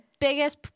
biggest